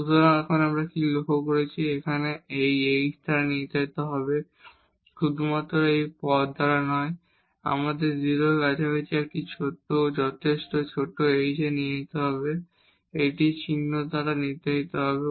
সুতরাং আমরা এখানে কি লক্ষ্য করব চিহ্ন এখানে এই h দ্বারা নির্ধারিত হবে শুধুমাত্র এই পদ দ্বারা নয় আমাদের 0 এর কাছাকাছি একটি যথেষ্ট ছোট h এ যেতে হবে যে এটি এই চিহ্ন দ্বারা নির্ধারিত হবে